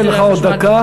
אני נותן לך עוד דקה.